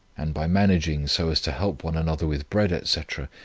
and by managing so as to help one another with bread, etc,